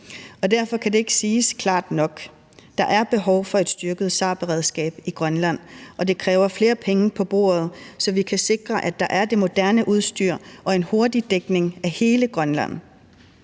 derfor kan det ikke siges klart nok, at der er behov for et styrket SAR-beredskab i Grønland, og det kræver flere penge på bordet, så vi kan sikre, at der er det moderne udstyr og en hurtig dækning af hele Grønland.